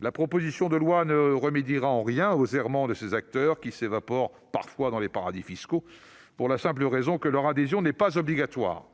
La proposition de loi ne remédiera en rien aux errements de ces acteurs, qui s'évaporent parfois dans les paradis fiscaux, pour la simple raison que leur adhésion n'est pas obligatoire.